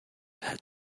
had